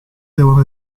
devono